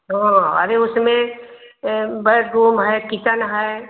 अरे उसमें बेडरूम है किचन है